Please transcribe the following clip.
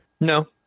No